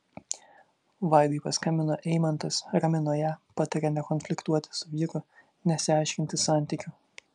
vaidai paskambino eimantas ramino ją patarė nekonfliktuoti su vyru nesiaiškinti santykių